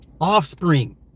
Offspring